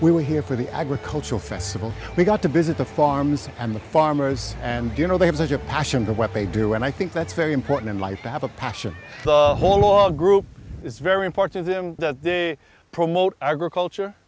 we were here for the agricultural festival we got to visit the farms and the farmers and you know they have such a passion the weapon a do and i think that's very important in life to have a passion group it's very important to them that they promote agriculture